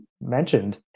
mentioned